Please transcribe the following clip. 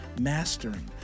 mastering